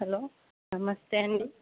hello నమస్తే అండి